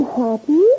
happy